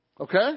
Okay